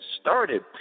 started